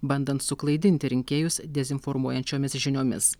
bandant suklaidinti rinkėjus dezinformuojant šiomis žiniomis